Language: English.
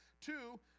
Two